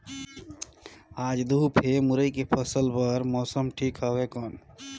आज धूप हे मुरई के फसल बार मौसम ठीक हवय कौन?